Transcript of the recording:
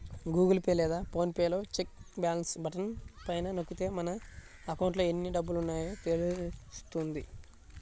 Google Pay లేదా PhonePe లో check balance button పైన నొక్కితే మన అకౌంట్లో ఎన్ని డబ్బులున్నాయో తెలుస్తుంది